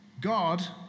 God